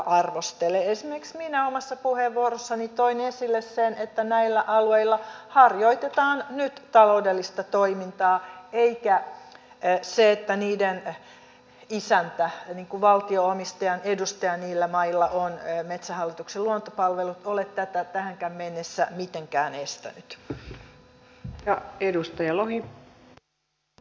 esimerkiksi minä omassa puheenvuorossani toin esille sen että näillä alueilla harjoitetaan nyt taloudellista toimintaa eikä se että niiden isäntä valtio omistajan edustaja niillä mailla on metsähallituksen luontopalvelut ole tätä tähänkään mennessä mitenkään estänyt